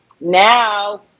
now